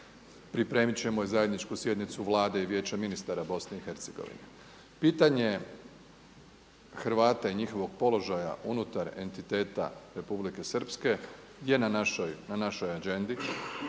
Pripremit ćemo i zajedničku sjednicu Vlade i Vijeća ministara Bosne i Hercegovine. Pitanje Hrvata i njihovog položaja unutar entiteta Republike Srpske je na našoj AGENDA-i.